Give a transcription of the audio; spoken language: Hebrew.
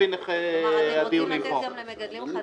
כלומר, אתם רוצים לתת גם למגדלים חדשים,